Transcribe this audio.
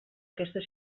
aquesta